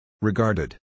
Regarded